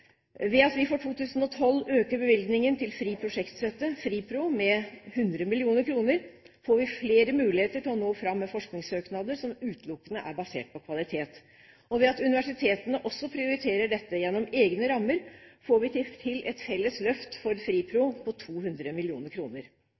Ved at vi for 2012 øker bevilgningen til fri prosjektstøtte, FRIPRO, med 100 mill. kr, får vi flere muligheter til å nå fram med forskingssøknader som utelukkende er basert på kvalitet. Ved at universitetene også prioriterer dette gjennom egne rammer, får vi til et felles løft for FRIPRO